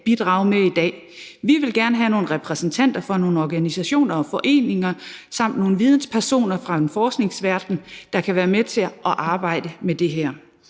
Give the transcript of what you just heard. bidrage med i dag. Vi vil gerne have nogle repræsentanter for nogle organisationer og nogle foreninger samt nogle personer fra forskningsverdenen, som kan være med til at arbejde med det her.